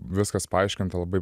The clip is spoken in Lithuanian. viskas paaiškinta labai